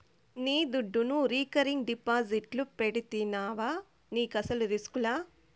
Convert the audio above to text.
నీ దుడ్డును రికరింగ్ డిపాజిట్లు పెడితివా నీకస్సలు రిస్కులా